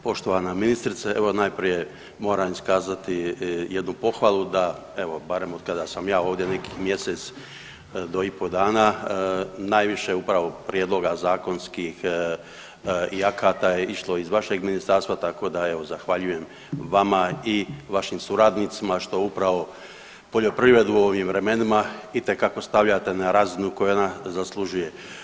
Poštovana ministrice, evo najprije moram iskazati jednu pohvalu da evo barem otkada sam ja ovdje nekih mjesec do i po dana najviše upravo prijedloga zakonskih i akata je išlo iz vašeg ministarstva, tako da evo zahvaljujem vama i vašim suradnicima što upravo poljoprivredu u ovim vremenima itekako stavljate na razinu koju ona zaslužuje.